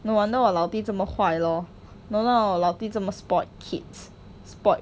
no wonder 我老弟这么坏 lor no lor 我老弟这么 spoiled kids spoiled